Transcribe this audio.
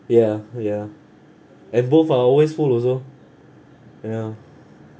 ya ya and both are always full also ya